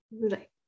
Right